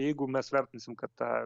jeigu mes vertinsim kad tą